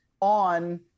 on